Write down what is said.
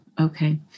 Okay